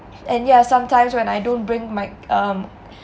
and ya sometimes when I don't bring my um